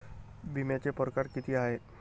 बिम्याचे परकार कितीक हाय?